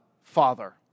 Father